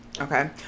Okay